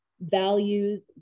Values